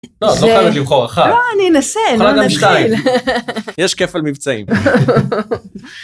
את לא חייבת לבחור אחת. לא אני אנסה. יכולה גם שתיים, יש כפל מבצעים.